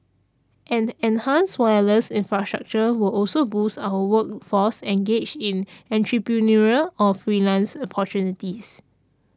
an enhanced wireless infrastructure will also boost our workforce engaged in entrepreneurial or freelance opportunities